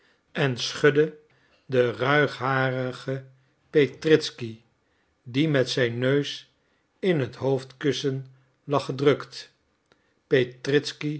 en schudde den ruigharigen petritzky die met zijn neus in het hoofdkussen lag gedrukt